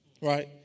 right